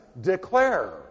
declare